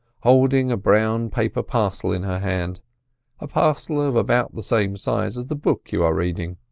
holding a brown paper parcel in her hand, a parcel of about the same size as the book you are reading.